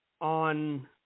on